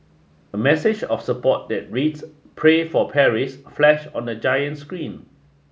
a message of support that reads Pray for Paris flash on the giant screen